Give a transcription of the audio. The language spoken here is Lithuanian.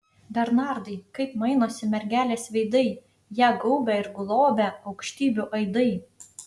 bernardai kaip mainosi mergelės veidai ją gaubia ir globia aukštybių aidai